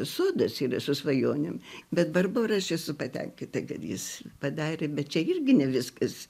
sodas yra su svajonėm bet barbora aš esu patenkinta kad jis padarė bet čia irgi ne viskas